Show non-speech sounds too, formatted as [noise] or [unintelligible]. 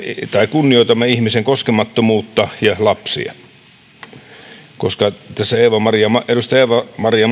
kunnioitamme ihmisen koskemattomuutta ja lapsia koska kuten todetaan tässä edustaja eeva maria [unintelligible]